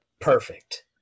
Perfect